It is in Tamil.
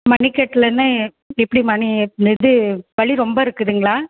மணிகட்லைனா எப்படி மணி எது வலி ரொம்ப இருக்குதுங்களா